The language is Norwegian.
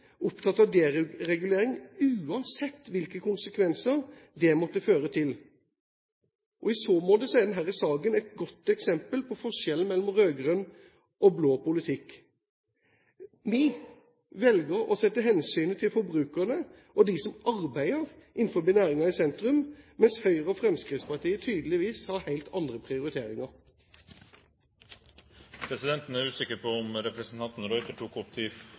opptatt av deregulering, uansett hvilke konsekvenser det måtte føre til. I så måte er denne saken et godt eksempel på forskjellen mellom rød-grønn og blå politikk. Vi velger å sette hensynet til forbrukerne og de som arbeider innenfor næringen, i sentrum, mens Høyre og Fremskrittspartiet tydeligvis har helt andre prioriteringer. Jeg tar til slutt opp forslaget fra Arbeiderpartiet, Sosialistisk Venstreparti og Senterpartiet. Representanten Freddy de Ruiter har tatt opp